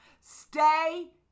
Stay